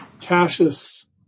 Cassius